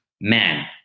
man